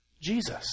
Jesus